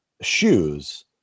shoes